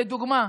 לדוגמה,